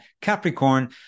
Capricorn